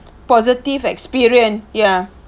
positive experience ya